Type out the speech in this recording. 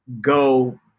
go